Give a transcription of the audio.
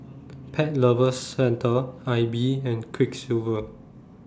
Pet Lovers Centre I B and Quiksilver